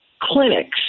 Clinics